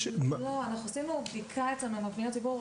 לא, אנחנו עשינו בדיקה אצלנו עם פניות הציבור.